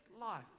life